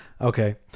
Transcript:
okay